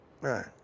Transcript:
right